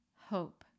hope